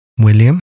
William